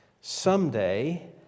Someday